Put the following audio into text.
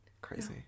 crazy